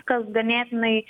kas ganėtinai